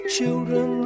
Children